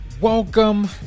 Welcome